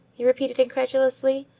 he repeated incredulously,